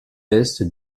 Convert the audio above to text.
est